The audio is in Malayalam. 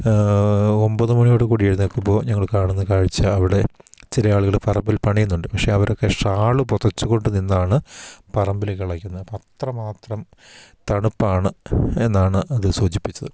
ഒമ്പത് മണിയോട് കൂടി എഴുന്നേൽക്കുമ്പോൾ ഞങ്ങൾ കാണുന്ന കാഴ്ച അവിടെ ചില ആളുകൾ പറമ്പിൽ പണി ചെയ്യുന്നുണ്ട് പക്ഷേ അവരൊക്കെ ഷാള് പുതച്ചുകൊണ്ട് നിന്നാണ് പറമ്പിൽ കിളക്കുന്നത് അപ്പം അത്ര മാത്രം തണുപ്പാണ് എന്നാണ് അത് സൂചിപ്പിച്ചത്